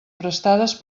prestades